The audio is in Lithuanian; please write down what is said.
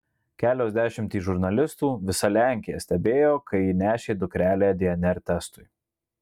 kelios dešimtys žurnalistų visa lenkija stebėjo kai ji nešė dukrelę dnr testui